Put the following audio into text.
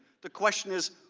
the question is,